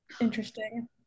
interesting